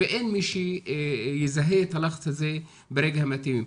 ואין מי שיזהה את הלחץ הזה ברגע המתאים.